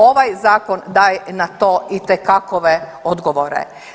Ovaj zakon daje na to itekakove odgovore.